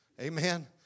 Amen